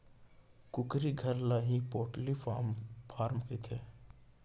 कुकरी घर ल ही पोल्टी फारम कथें